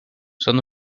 son